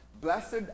Blessed